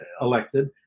elected